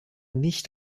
nicht